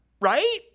right